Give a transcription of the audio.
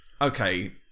okay